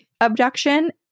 abduction